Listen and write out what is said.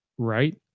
Right